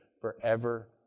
forever